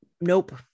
nope